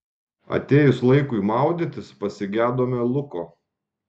atėjus laikui maudytis pasigedome luko